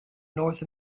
north